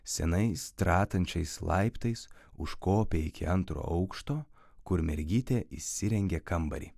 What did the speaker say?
senais tratančiais laiptais užkopė iki antro aukšto kur mergytė įsirengė kambarį